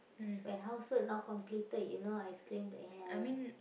when housework not completed you know I scream like hell right